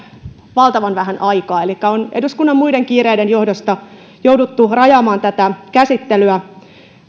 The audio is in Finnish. valtavan vähän aikaa elikkä on eduskunnan muiden kiireiden johdosta jouduttu rajaamaan tätä käsittelyä